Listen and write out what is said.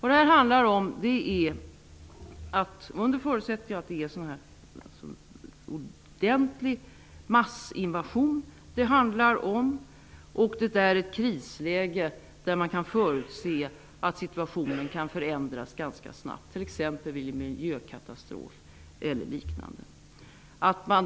Det handlar om att skapa klarhet när det gäller hur regelsystemet skall se ut i en situation med massinvasion som innebär ett krisläge där man kan förutse att situationen kan förändras ganska snabbt, t.ex. vid en miljökatastrof eller liknande.